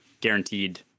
guaranteed